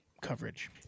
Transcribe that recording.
Coverage